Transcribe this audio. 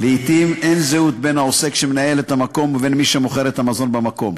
לעתים אין זהות בין העוסק שמנהל את המקום ובין מי שמוכר את המזון במקום.